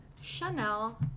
Chanel